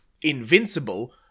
Invincible